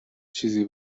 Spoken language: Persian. چیزی